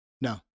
No